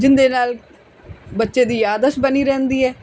ਜਿਹਦੇ ਨਾਲ ਬੱਚੇ ਦੀ ਯਾਦਆਸ਼ਤ ਬਣੀ ਰਹਿੰਦੀ ਹੈ